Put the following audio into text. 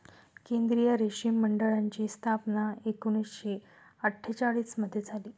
केंद्रीय रेशीम मंडळाची स्थापना एकूणशे अट्ठेचालिश मध्ये झाली